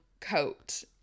coat